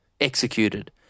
executed